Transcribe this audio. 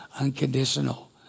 unconditional